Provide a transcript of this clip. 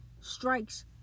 strikes